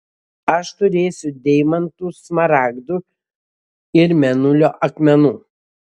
aš turėsiu deimantų smaragdų ir mėnulio akmenų